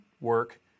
work